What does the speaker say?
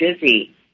busy